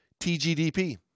TGDP